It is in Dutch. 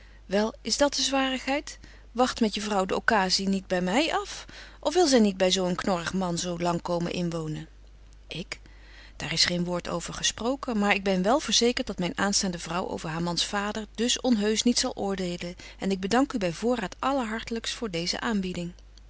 wel is dat de zwarigheid wagt met je vrouw de occasie hier by my af of wil zy niet by zo een knorrig man zo lang komen inwonen ik daar is geen woord over gesproken betje wolff en aagje deken historie van mejuffrouw sara burgerhart maar ik ben wel verzekert dat myn aanstaande vrouw over haar mans vader dus onheusch niet zal oordelen en ik bedank u by voorraad allerhartlykst voor deeze aanbieding